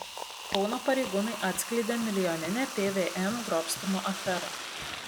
kauno pareigūnai atskleidė milijoninę pvm grobstymo aferą